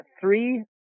three